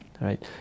right